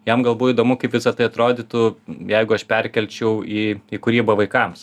jam gal buvo įdomu kaip visa tai atrodytų jeigu aš perkelčiau į kūrybą vaikams